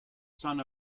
son